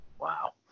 Wow